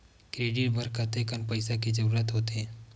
Credit बर कतेकन पईसा के जरूरत होथे?